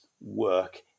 work